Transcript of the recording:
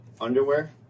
underwear